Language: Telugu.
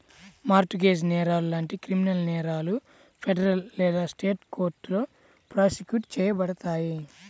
మార్ట్ గేజ్ నేరాలు లాంటి క్రిమినల్ నేరాలు ఫెడరల్ లేదా స్టేట్ కోర్టులో ప్రాసిక్యూట్ చేయబడతాయి